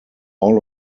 all